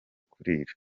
kurira